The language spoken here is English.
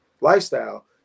lifestyle